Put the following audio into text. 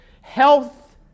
health